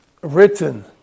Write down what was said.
written